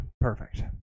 Perfect